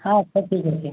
ହଁ ସେ ଠିକ୍ ଅଛି